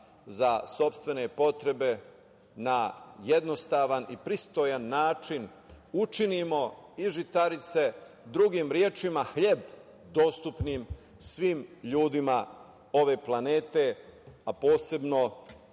za sopstvene potrebe na jednostavan i pristojan način učinimo i žitarice, drugim rečima hleb dostupnim svim ljudima ove planete, a posebno